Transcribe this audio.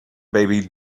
baby